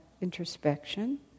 introspection